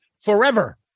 Forever